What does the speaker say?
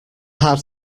had